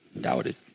doubted